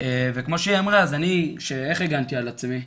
וכמו שהיא אמרה, אז אני, איך הגנתי על עצמי?